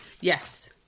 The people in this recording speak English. Yes